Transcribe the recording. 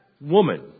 woman